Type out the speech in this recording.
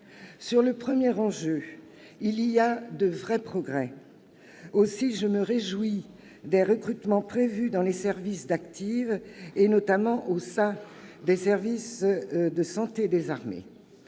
Sur le premier enjeu, il y a de vrais progrès. Aussi, je me réjouis des recrutements prévus dans les services d'active, et notamment au sein du service de santé des armées,